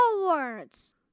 words